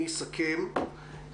אני אסכם.